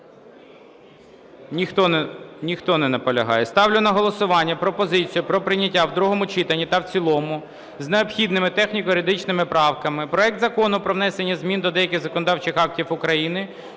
Ніхто не наполягає. Ставлю на голосування пропозицію про прийняття в другому читанні та в цілому з необхідними техніко-юридичними правками проект Закону про внесення змін до деяких законодавчих актів України